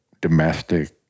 domestic